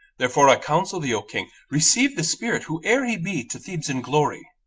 therefore i counsel thee o king, receive this spirit, whoe'er he be, to thebes in glory.